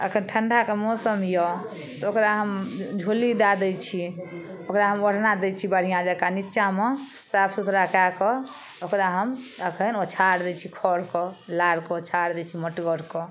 एखन ठण्डाके मौसम यऽ तऽ ओकरा हम झूली दै दै छी ओकरा हम ओढ़ना दै छी बढ़िआँ जकाँ नीचाँमे साफ सुथड़ा कए कऽ ओकरा हम एखन ओछार दै छी खरके लारके ओछा दै छी मोटगर कऽ